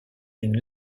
une